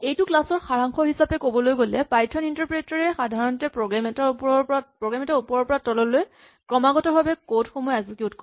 এইটো ক্লাচ ৰ সাৰাংশ হিচাপে ক'বলৈ গ'লে পাইথন ইন্টাৰপ্ৰেটাৰ এ সাধাৰণতে প্ৰগ্ৰেম এটাৰ ওপৰৰ পৰা তললৈ ক্ৰমাগতভাৱে কড সমূহ এক্সিকিউট কৰে